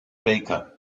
baker